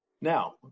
Now